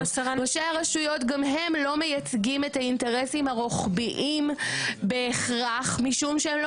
ראשי הרשויות גם הם לא מייצגים את האינטרסים הרוחביים בהכרח משום שהם לא